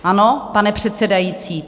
Ano, pane předsedající?